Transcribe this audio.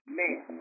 man